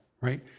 Right